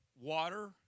water